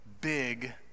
big